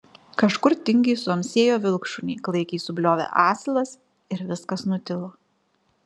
kažkur tingiai suamsėjo vilkšuniai klaikiai subliovė asilas ir viskas nutilo